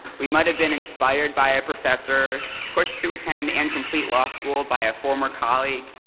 we might have been inspired by a professor, pushed to attend and complete law school by a former colleague,